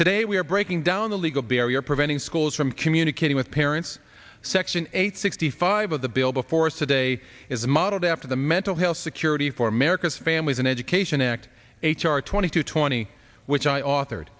today we're breaking down the legal barrier preventing schools from communicating with parents section eight sixty five of the bill before us today is modeled after the mental health security for america's families and education act h r twenty two twenty which i authored